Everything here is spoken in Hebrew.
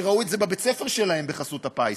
שראו את זה בבית-הספר שלהם בחסות הפיס.